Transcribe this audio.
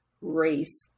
race